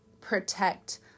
protect